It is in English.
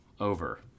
over